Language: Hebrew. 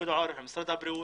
בחינוך אנחנו בבעיה.